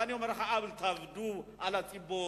ואני אומר לך: אל תעבדו על הציבור.